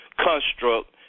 construct